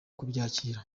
kubyakira